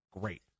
great